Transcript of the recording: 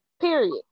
period